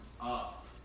up